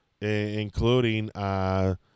including –